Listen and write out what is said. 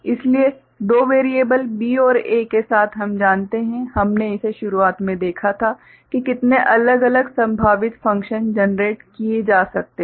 इसलिए दो variable B और A के साथ हम जानते हैं हमने इसे शुरुआत में देखा था कि कितने अलग अलग संभावित फंक्शन जनरेट किए जा सकते हैं